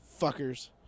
Fuckers